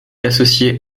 associé